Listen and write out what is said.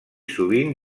sovint